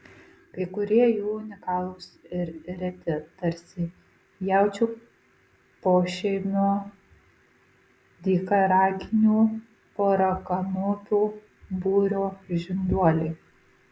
kai kurie jų unikalūs ir reti tarsi jaučių pošeimio dykaraginių porakanopių būrio žinduoliai